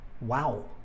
Wow